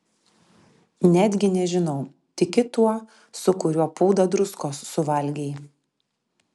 netgi nežinau tiki tuo su kuriuo pūdą druskos suvalgei